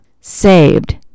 saved